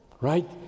right